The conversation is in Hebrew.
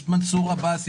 יש את מנסור עבאס,